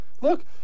Look